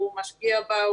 הוא משקיע בה,